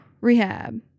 rehab